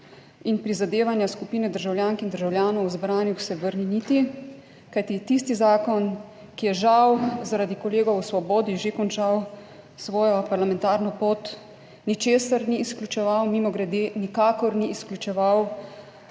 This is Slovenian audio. in prizadevanja skupine državljank in državljanov, zbranih se vrni niti, kajti tisti zakon, ki je žal, zaradi kolegov o Svobodi že končal svojo parlamentarno pot, ničesar ni izključeval, mimogrede nikakor ni izključeval